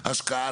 השקעה.